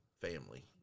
family